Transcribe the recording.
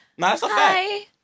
hi